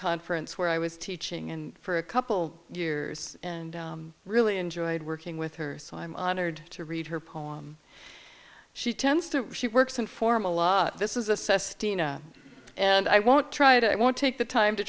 conference where i was teaching and for a couple years and really enjoyed working with her so i'm honored to read her poem she tends to she works and form a lot this is a sestina and i won't try to i won't take the time to